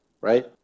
right